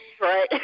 Right